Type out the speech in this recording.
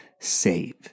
save